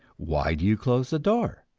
why do you close the door?